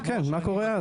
כן, כן, מה קורה אז?